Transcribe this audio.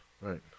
Right